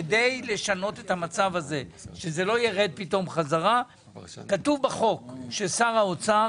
כתוב בחוק ששר האוצר,